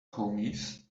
homies